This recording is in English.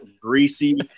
greasy